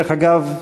דרך אגב,